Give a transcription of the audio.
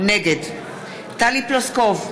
נגד טלי פלוסקוב,